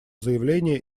заявление